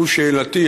זו שאלתי,